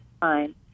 fine